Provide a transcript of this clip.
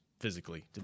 physically